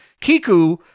Kiku